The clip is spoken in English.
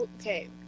okay